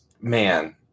man